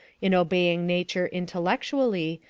in obeying nature intellectually,